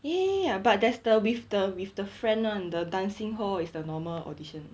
eh ya but there's the with the with the friend [one] the dancing hall is the normal audition